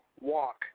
walk